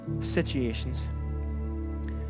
situations